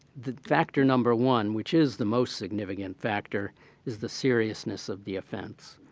the factor number one which is the most significant factor is the seriousness of the offense.